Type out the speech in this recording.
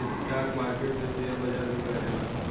stock market के share बाजार भी कहल जाला